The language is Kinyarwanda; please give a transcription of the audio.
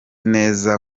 neza